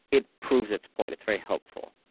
it proves its point. it's very helpful.